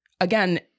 again